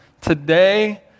Today